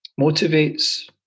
motivates